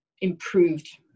improved